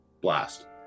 blast